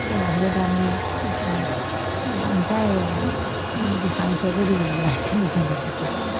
সেইভাগে দান দিওঁ আকৌ অনচাই গোঁসাই ঈশ্বৰকো দিবলগীয়া হৈছে দক্ষিণপাট সত্ৰ